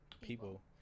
people